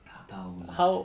tak tahu lah